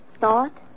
thought